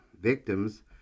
victims